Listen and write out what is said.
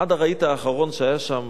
עד הרהיט האחרון שהיה שם,